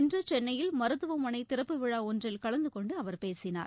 இன்றுசென்னையில் மருத்துவமனைதிறப்பு விழாஒன்றில் கலந்துகொண்டுஅவர் பேசினார்